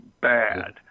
bad